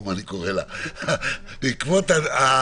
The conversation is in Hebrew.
קורונה --- הבנתי.